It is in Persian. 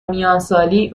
میانسالی